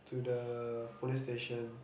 to the police station